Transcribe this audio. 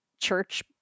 church